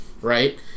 right